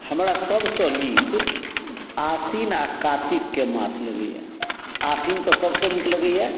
हमरा सबसँ नीक आसिन आओर कातिकके मास लगैए आसिन तऽ सबसँ नीक लगैए